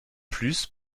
plus